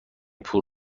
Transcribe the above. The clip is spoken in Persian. پول